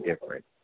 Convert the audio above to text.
different